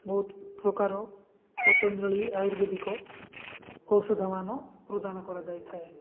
ବହୁତ ପ୍ରକାର ପତଞ୍ଜଳି ଆୟୁର୍ବେଦିକ ଔଷଧମାନ ପ୍ରଦାନ କରାଯାଇଥାଏ